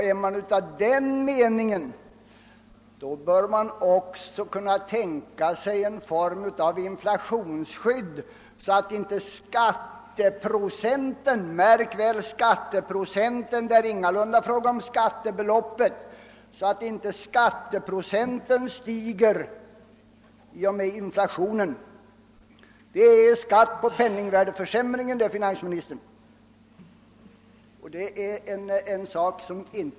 Är man av den meningen, bör man också kunna tänka sig en form av inflationsskydd, så att inte skatteprocenten — märk väl: skatteprocenten; det är ingalunda fråga om skattebeloppet — stiger i och med inflationen. Skatt på penningvärdeförsämringen är inte någonting rimligt, finansministern!